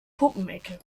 puppenecke